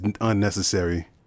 unnecessary